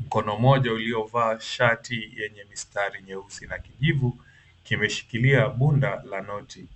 Mkono moja uliovaa shati yenye mistari nyeusi na kijivu kimeshikilia bunda la noti.